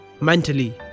mentally